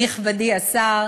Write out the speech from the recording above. נכבדי השר,